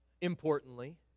importantly